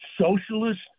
socialist